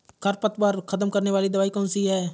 खरपतवार खत्म करने वाली दवाई कौन सी है?